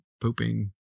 Pooping